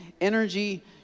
energy